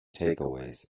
takeaways